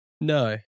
No